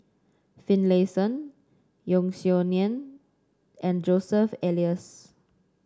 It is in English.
Finlayson Yeo Song Nian and Joseph Elias